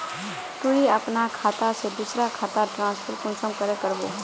तुई अपना खाता से दूसरा खातात ट्रांसफर कुंसम करे करबो?